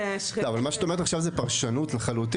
אבל מה שאת אומרת עכשיו זו פרשנות לחלוטין.